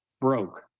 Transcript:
Broke